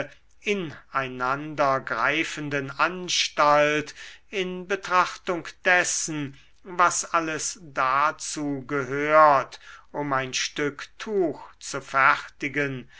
in einander greifenden anstalt in betrachtung dessen was alles dazu gehört um ein stück tuch zu fertigen